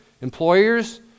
employers